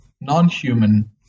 non-human